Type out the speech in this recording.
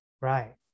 right